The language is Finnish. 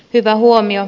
hyvä huomio